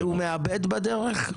והוא מאבד בדרך?